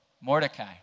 Mordecai